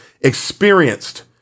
experienced